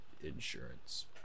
insurance